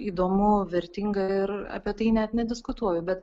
įdomu vertinga ir apie tai net nediskutuoju bet